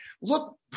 look